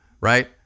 right